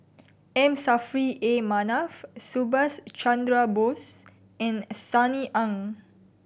M Saffri A Manaf Subhas Chandra Bose and Sunny Ang